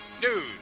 news